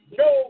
no